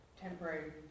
temporary